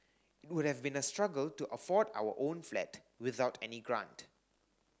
it would have been a struggle to afford our own flat without any grant